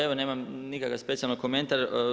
Evo nemam nikakav specijalan komentar.